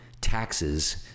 taxes